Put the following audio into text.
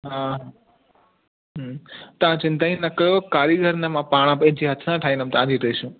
हा हा तव्हां चिंता ई न कयो कारीगर न मां पाण पंहिंजे हथु सां ठाहींदुमि तव्हांजी ड्रेसियूं